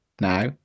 now